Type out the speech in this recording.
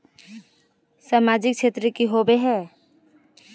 सामाजिक क्षेत्र की होबे है?